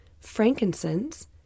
frankincense